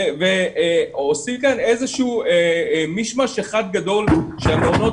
עושים כאן איזשהו מישמש אחד גדול שמעונות